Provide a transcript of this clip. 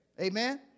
Amen